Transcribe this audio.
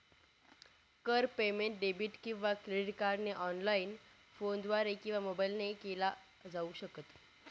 कर payment debit किंवा credit कार्डने ऑनलाइन, फोनद्वारे किंवा मोबाईल ने केल जाऊ शकत